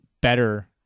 better